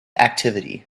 activity